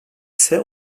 ise